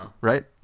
right